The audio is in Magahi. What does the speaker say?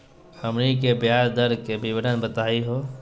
हमनी के ब्याज दर के विवरण बताही हो?